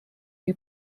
who